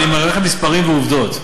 אני מראה לכם מספרים ועובדות.